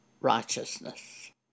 righteousness